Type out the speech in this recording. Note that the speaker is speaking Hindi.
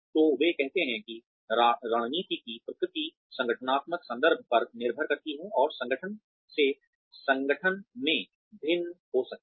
तो वे कहते हैं कि रणनीति की प्रकृति संगठनात्मक संदर्भ पर निर्भर करती है और संगठन से संगठन में भिन्न हो सकती है